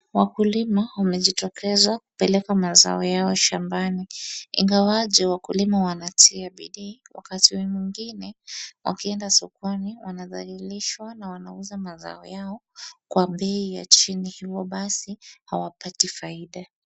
Wakulima wamejitokeza kupeleka mazao yao shambani ingawaje wakulima wanatia bidii. Wakati mwingine wakienda sokoni wanadhalilishwa na wanauza mazao yao kwa bei ya chini ivo basi hawapati faida.